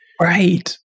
Right